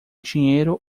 dinheiro